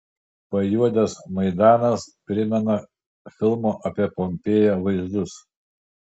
pajuodęs maidanas primena filmo apie pompėją vaizdus